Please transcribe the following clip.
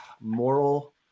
moral